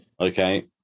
okay